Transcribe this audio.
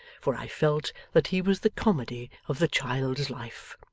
for i felt that he was the comedy of the child's life.